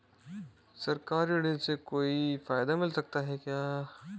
सरकारी ऋण से कोई फायदा मिलता है क्या?